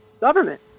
government